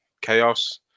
Chaos